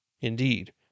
Indeed